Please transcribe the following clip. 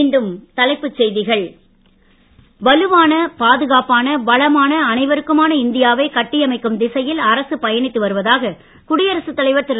மீண்டும் தலைப்புச் செய்திகள் வலுவான பாதுகாப்பான வளமான அனைவருக்குமான இந்தியாவை கட்டியமைக்கும் திசையில் அரசு பயணித்து வருவதாக குடியரசுத் தலைவர் திரு